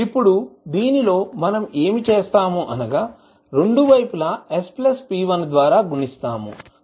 ఇప్పుడు దీనిలో మనం ఏమి చేస్తాము మనము రెండు వైపులా s p1 ద్వారా గుణిస్తాము